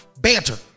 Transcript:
Banter